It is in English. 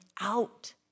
out